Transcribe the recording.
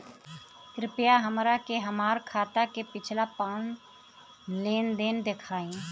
कृपया हमरा के हमार खाता के पिछला पांच लेनदेन देखाईं